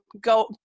Go